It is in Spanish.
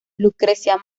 lucrecia